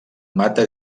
mata